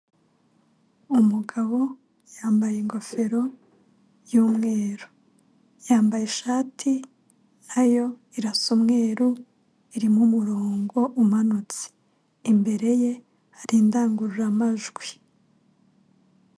Umugabo yambaye ingofero y'umweru, yambaye ishati nayo irasa umweru irimo umurongo umanutse imbere ye hari indangururamajwi.